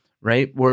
right